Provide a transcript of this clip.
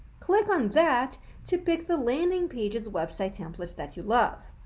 click on that to pick the landing pages website template that you love.